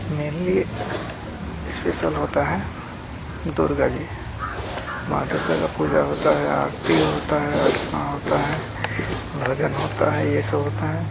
mainly special होता है दुर्गा जी माँ दुर्गा का पूजा होता है आरती होता है अर्चना होता है भजन होता है ये सब होता है